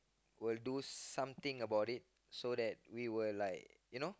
will do something about it so that we will like you know